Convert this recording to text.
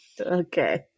okay